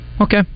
okay